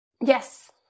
Yes